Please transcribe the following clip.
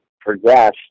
progressed